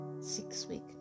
Six-week